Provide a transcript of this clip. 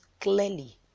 clearly